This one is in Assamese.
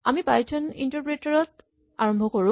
আমি পাইথন ইন্টাৰপ্ৰেটাৰ ত আৰম্ভ কৰোঁ